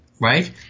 Right